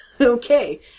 Okay